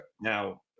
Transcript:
Now